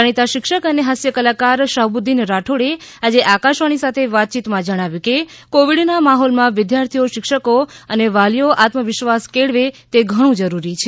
જાણીતા શિક્ષક અને હાસ્ય કલાકાર શાહબુદ્દીન રાઠોડે આજે આકાશવાણી સાથે વાતયીતમાં જણાવ્યું કે કોવીડના માહોલમાં વિદ્યાર્થીઓ શિક્ષકો અને વાલીઓ આત્મવિશ્વાસ કેળવે તે ઘણું જરૂરી છે